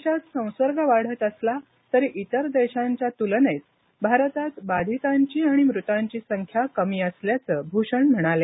देशात संसर्ग वाढत असला तरी इतर देशांच्या तुलनेत भारतात बाधितांची आणि मृतांची संख्या कमी असल्याचं भूषण म्हणाले